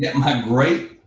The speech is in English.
yeah my great,